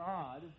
God